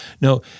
No